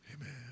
Amen